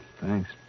Thanks